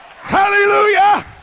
Hallelujah